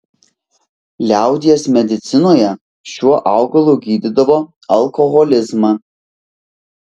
liaudies medicinoje šiuo augalu gydydavo alkoholizmą